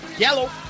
Yellow